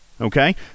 okay